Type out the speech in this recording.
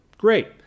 Great